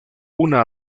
una